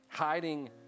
Hiding